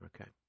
Okay